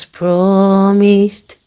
promised